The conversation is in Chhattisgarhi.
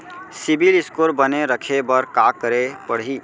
सिबील स्कोर बने रखे बर का करे पड़ही?